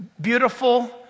beautiful